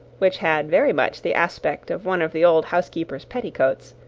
which had very much the aspect of one of the old housekeeper's petticoats,